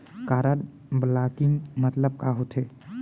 Card blocking मतलब का होथे?